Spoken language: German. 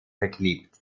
verklebt